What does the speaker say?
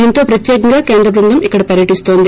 దీంతో ప్రత్యేకంగా కేంద్ర బృందం ఇక్కడ పర్యటిస్తోంది